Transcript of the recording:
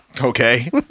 okay